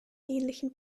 ähnlichen